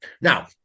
Now